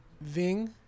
Ving